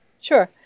Sure